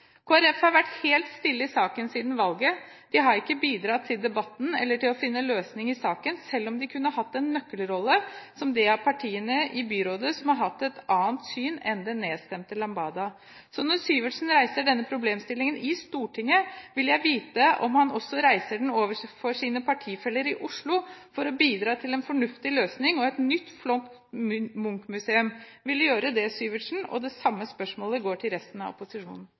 Folkeparti har vært helt stille i saken siden valget. De har ikke bidratt til debatten eller til å finne en løsning i saken, selv om de kunne hatt en nøkkelrolle som det av partiene i byrådet som har hatt et annet syn enn det nedstemte «Lambada». Så når representanten Syversen reiser denne problemstillingen i Stortinget, vil jeg vite om han også reiser den overfor sine partifeller i Oslo for å bidra til en fornuftig løsning og et nytt, flott Munch-museum. Vil representanten Syversen gjøre det? Det samme spørsmålet går til resten av